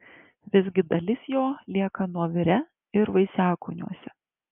visgi dalis jo lieka nuovire ir vaisiakūniuose